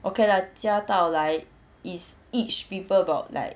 okay lah 加到来 is each people about like